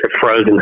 frozen